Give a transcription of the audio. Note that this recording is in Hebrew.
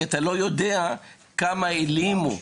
כי אתה לא יודע כמה העלימו.